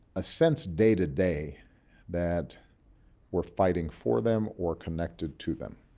a sense day-to-day that we're fighting for them or connected to them.